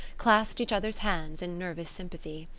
clasped each other's hands in nervous sympathy.